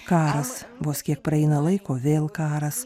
karas vos kiek praeina laiko vėl karas